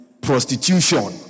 prostitution